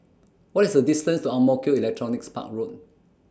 What IS The distance to Ang Mo Kio Electronics Park Road